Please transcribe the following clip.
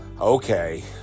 okay